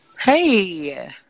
Hey